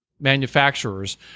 Manufacturers